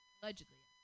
Allegedly